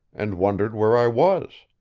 and wondered where i was.